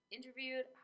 interviewed